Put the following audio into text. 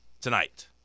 tonight